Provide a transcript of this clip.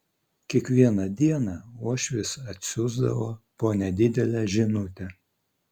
kiekvieną dieną uošvis atsiųsdavo po nedidelę žinutę